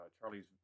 Charlie's